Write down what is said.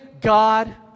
God